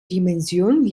dimension